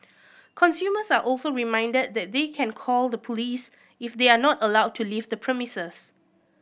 consumers are also reminded that they can call the police if they are not allowed to leave the premises